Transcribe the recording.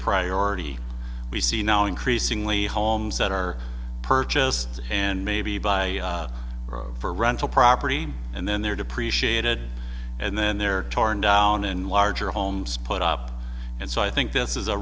priority we see now increasingly homes that are purchased and maybe buy for rent property and then they're depreciated and then they're torn down and larger homes put up and so i think this is a